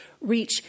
reach